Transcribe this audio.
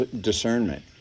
discernment